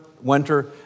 winter